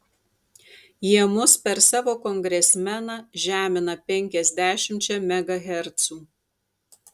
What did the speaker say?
jie mus per savo kongresmeną žemina penkiasdešimčia megahercų